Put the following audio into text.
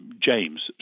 James